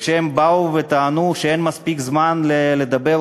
וכשהם באו וטענו שאין מספיק זמן לדבר,